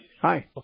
Hi